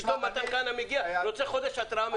פתאום אתה מגיע ורוצה התרעה חודש מראש?